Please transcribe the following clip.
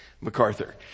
MacArthur